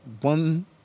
one